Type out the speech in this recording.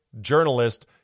journalist